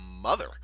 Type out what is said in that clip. mother